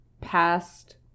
past